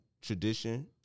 tradition